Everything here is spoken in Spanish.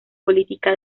política